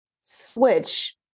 switch